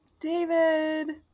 David